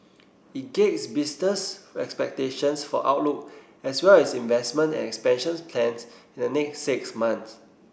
it gauge business expectations for outlook as well as investment and expansions plans in the next six months